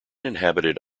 inhabited